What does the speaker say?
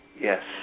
Yes